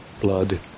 blood